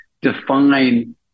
define